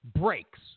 breaks